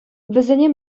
вӗсене